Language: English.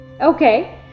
Okay